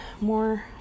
more